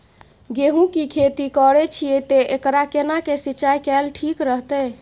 गेहूं की खेती करे छिये ते एकरा केना के सिंचाई कैल ठीक रहते?